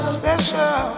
special